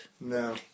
No